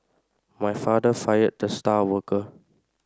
my father fired the star worker